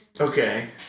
Okay